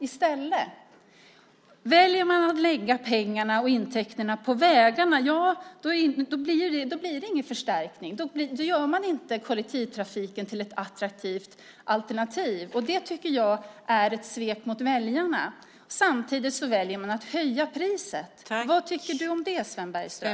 Om man väljer att lägga pengarna på vägar blir det ingen förstärkning. Då gör man inte kollektivtrafiken till ett attraktivt alternativ. Det tycker jag är ett svek mot väljarna. Samtidigt väljer man att höja priset. Vad tycker du om det, Sven Bergström?